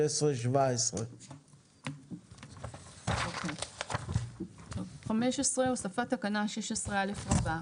16, 17. 15. הוספת תקנה 16א רבה.